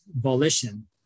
volition